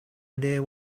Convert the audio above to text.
idea